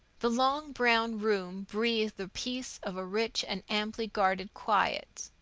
the long brown room breathed the peace of a rich and amply guarded quiet.